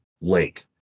link